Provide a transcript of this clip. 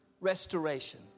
restoration